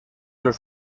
los